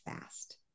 fast